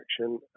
action